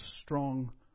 strong